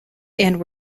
and